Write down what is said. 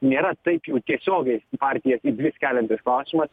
nėra taip jau tiesiogiai partijas į dvi skeliantis klausimas